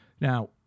Now